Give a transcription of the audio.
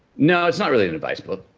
no, it's not really an advice book.